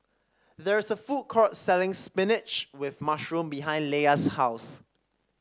there is a food court selling spinach with mushroom behind Leia's house